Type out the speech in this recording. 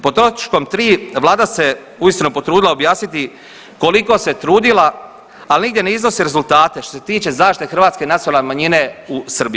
Pod točkom 3. vlada se uistinu potrudila objasniti koliko se trudila, ali nigdje ne iznosi rezultate što se tiče zaštite hrvatske nacionalne manjine u Srbiji.